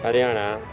Haryana